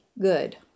good